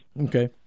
Okay